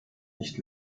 nicht